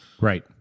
Right